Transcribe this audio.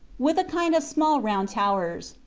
with a kind of small round towers,